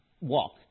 walk